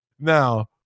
now